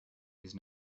these